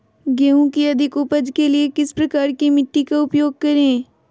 गेंहू की अधिक उपज के लिए किस प्रकार की मिट्टी का उपयोग करे?